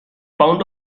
pound